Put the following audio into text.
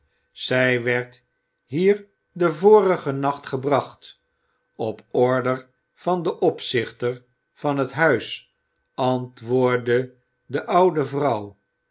zij werd hier den vorigen nacht gebracht op order van den opzichter van t huis antwoordde de oude vrouw